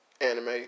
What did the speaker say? anime